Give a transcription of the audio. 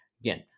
again